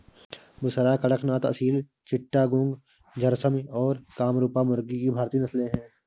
बुसरा, कड़कनाथ, असील चिट्टागोंग, झर्सिम और कामरूपा मुर्गी की भारतीय नस्लें हैं